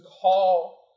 call